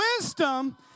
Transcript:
wisdom